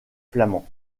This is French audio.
flamand